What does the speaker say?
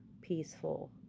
peaceful